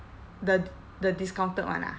the the discounted one ah